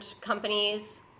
companies